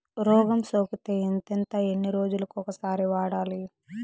రోగం సోకితే ఎంతెంత ఎన్ని రోజులు కొక సారి వాడాలి?